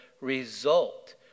result